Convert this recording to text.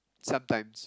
sometimes